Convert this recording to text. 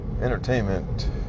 entertainment